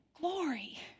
Glory